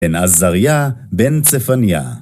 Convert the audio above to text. בן עזריה, בן צפניה.